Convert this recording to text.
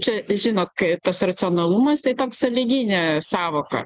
čia žinot kai tas racionalumas tai toks sąlyginė sąvoka